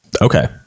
Okay